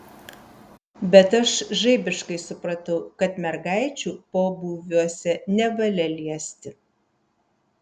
bet aš žaibiškai supratau kad mergaičių pobūviuose nevalia liesti